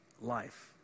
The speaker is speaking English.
life